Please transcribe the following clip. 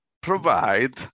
provide